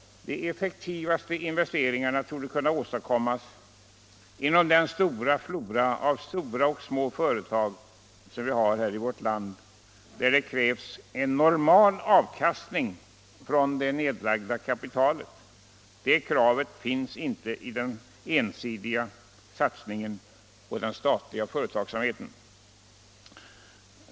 De effektivaste investeringarna torde kunna åstadkommas inom den stora flora som vi har här i landet av stora och små företag där det krävs en normal avkastning av det insatta kapitalet. Det kravet ställs inte för den ensidiga satsningen på den statliga företagsamheten.